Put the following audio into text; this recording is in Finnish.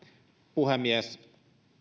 puhemies